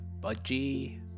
budgie